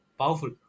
powerful